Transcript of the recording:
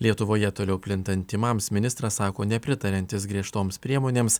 lietuvoje toliau plintant tymams ministras sako nepritariantis griežtoms priemonėms